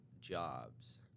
jobs